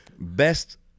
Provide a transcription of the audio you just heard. Best